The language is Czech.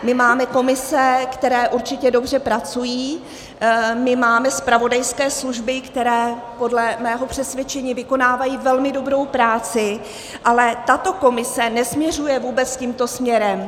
My máme komise, které určitě dobře pracují, my máme zpravodajské služby, které podle mého přesvědčení vykonávají velmi dobrou práci, ale tato komise nesměřuje vůbec tímto směrem.